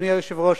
אדוני היושב-ראש,